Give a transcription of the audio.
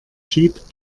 jeep